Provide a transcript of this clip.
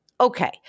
Okay